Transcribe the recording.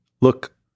look